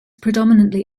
predominantly